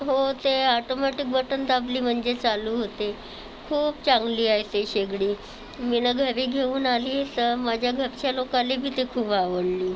हो ते automatic button दाबली म्हणजे चालू होते खूप चांगली आहे ते शेगडी मी घरी घेऊन आली तर माझ्या घरच्या लोकाला बी ती खूप आवडली